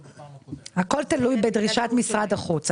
הכול תלוי בדרישת משרד החוץ.